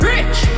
Rich